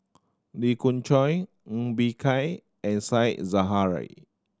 Lee Khoon Choy Ng Bee Kia and Said Zahari